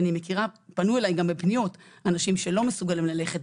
פנו אלי בפניות אנשים שלא מסוגלים ללכת,